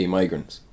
migrants